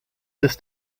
ist